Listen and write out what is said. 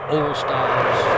All-Stars